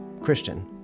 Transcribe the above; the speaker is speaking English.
Christian